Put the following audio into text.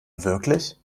wirklich